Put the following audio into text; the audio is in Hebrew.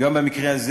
לפגוע בעסקיו של איש.